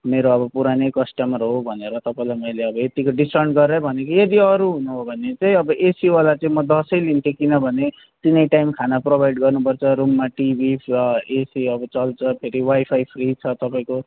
मेरो अब पुरानै कस्टमर हो भनेर तपाईँलाई मैले अब यतिको डिस्काउन्ट गरेरै भनेको यदि अरू हुनु हो भने चाहिँ अब एसीवाला चाहिँ म दसै लिन्थेँ किनभने तिनै टाइम खाना प्रोभाइड गर्नुपर्छ रुममा टिभी एसी अब चल्छ फेरि वाइफाई फ्री छ तपाईँको